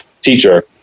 teacher